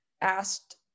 asked